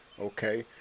okay